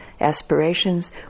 aspirations